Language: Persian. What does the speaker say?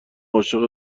عاشق